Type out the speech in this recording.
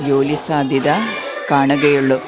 ജോലി സാദ്ധ്യത കാണുകയുള്ളൂ